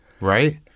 right